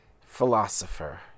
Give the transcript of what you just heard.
philosopher